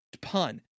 pun